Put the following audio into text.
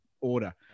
order